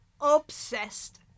Obsessed